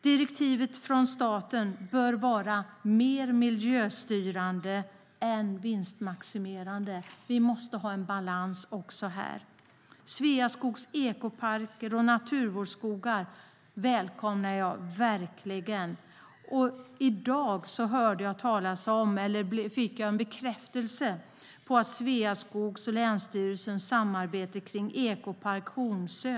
Direktivet från staten bör vara mer miljöstyrande än vinstmaximerande. Vi måste ha balans även här. Sveaskogs ekoparker och naturvårdsskogar välkomnar jag verkligen. I dag fick jag bekräftelse på Sveaskogs och länsstyrelsens samarbete kring ekoparken Hornsö.